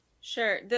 Sure